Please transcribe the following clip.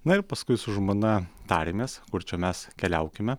na ir paskui su žmona tarėmės kur čia mes keliaukime